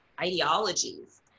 ideologies